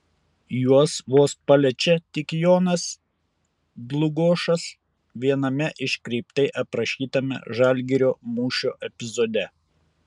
juos vos paliečia tik jonas dlugošas viename iškreiptai aprašytame žalgirio mūšio epizode